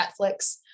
Netflix